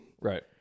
Right